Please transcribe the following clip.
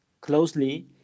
closely